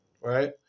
right